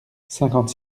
cinquante